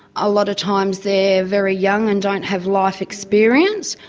a lot of times they're very young and don't have life experience,